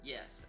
Yes